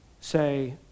say